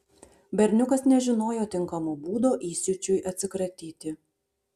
berniukas nežinojo tinkamo būdo įsiūčiui atsikratyti